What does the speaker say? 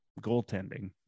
goaltending